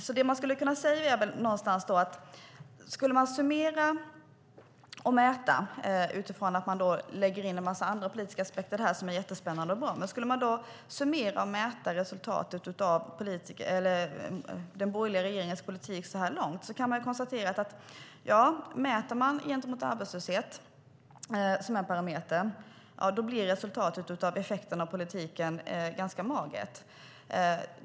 Om vi summerar och mäter resultatet utifrån andra spännande politiska aspekter, till exempel den borgerliga regeringens politik så här långt, kan vi konstatera att med parametern arbetslöshet blir resultatet av effekterna av politiken magert.